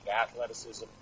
athleticism